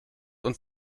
uns